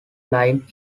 line